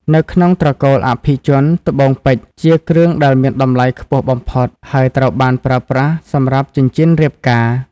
នៅក្នុងត្រកូលអភិជន ត្បូងពេជ្រជាគ្រឿងដែលមានតម្លៃខ្ពស់បំផុត ហើយត្រូវបានប្រើប្រាស់សម្រាប់ចិញ្ចៀនរៀបការ។